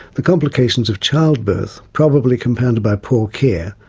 the complications of childbirth, probably compounded by poor care,